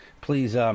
please